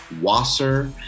wasser